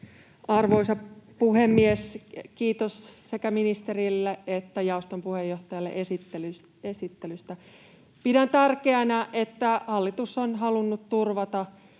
Arvoisa puhemies! Kiitos sekä ministerille että jaoston puheenjohtajalle esittelystä. Pidän tärkeänä, että hallitus on halunnut turvata